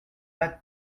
pas